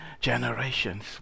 generations